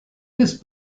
this